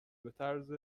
بطرز